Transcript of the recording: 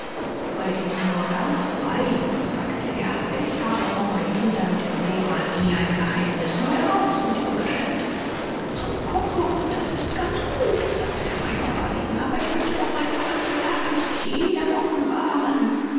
sprechen sie nur ganz frei sagte er ich habe vor meinen kindern und ihrem lehrer nie ein geheimnis nur heraus mit ihrem geschäft zum kuckuck das ist ganz gut sagte der major verlegen aber ich möchte doch meine verdammte lage nicht jedem offenbaren